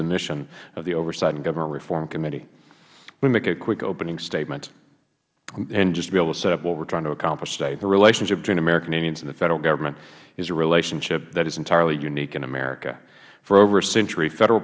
the mission of the oversight and government reform committee i will make a quick opening statement just to be able to set up what we are trying to accomplish today the relationship between american indians and the federal government is a relationship that is entirely unique in america for over a century federal